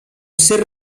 ser